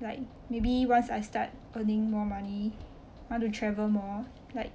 like maybe once I start earning more money I want to travel more like